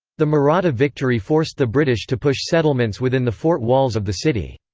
the maratha victory forced the british to push settlements within the fort walls of the city.